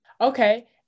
Okay